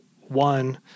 one